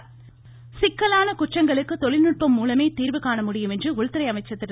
ராஜ்நாத்சிங் சிக்கலான குற்றங்களுக்கு தொழில் நுட்பம் மூலமே தீர்வு காண முடியும் என்று உள்துறை அமைச்சர் திரு